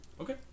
Okay